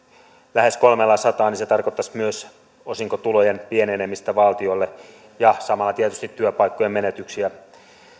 lähes kolmellasadalla niin se tarkoittaisi myös osinkotulojen pienenemistä valtiolle ja samalla tietysti työpaikkojen menetyksiä